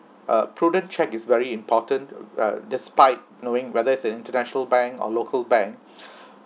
uh prudent check is very important uh despite knowing whether is an international bank or local bank